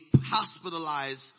hospitalized